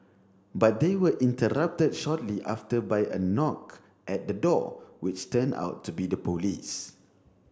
but they were interrupted shortly after by a knock at the door which turned out to be the police